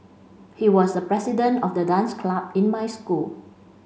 he was the president of the dance club in my school